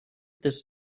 this